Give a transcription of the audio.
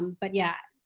but yeah.